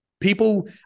People